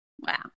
Wow